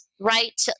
right